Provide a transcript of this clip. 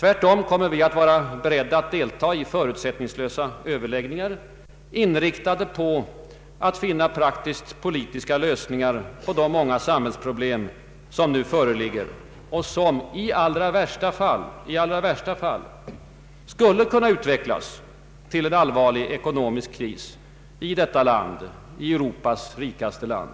Vi kommer tvärtom att vara beredda att delta i förutsättningslösa överläggningar, inriktade på att finna praktiskt politiska lösningar av de många samhällsproblem som nu föreligger och som i allra värsta fall skulle kunna utvecklas till en allvarlig ekonomisk kris i detta land, Europas rikaste land.